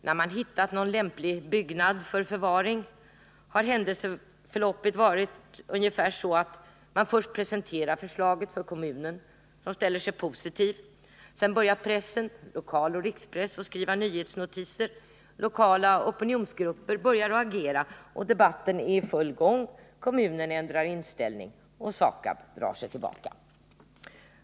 När man hittat någon lämplig byggnad för — qv miljöfarligt förvaring, har händelseförloppet blivit det att man först presenterar förslaget avfall för kommunen, som ställer sig positiv. Sedan börjar pressen, lokaloch rikspress, att skriva nyhetsnotiser. Lokala opinionsgrupper börjar agera, och debatten är i full gång. Kommunen ändrar inställning och SAKAB drar sig tillbaka.